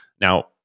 Now